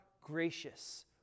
gracious